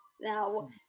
Now